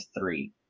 three